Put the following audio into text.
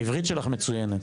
העברית שלך מצוינת.